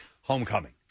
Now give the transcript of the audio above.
Homecoming